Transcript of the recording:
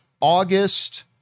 August